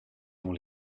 dans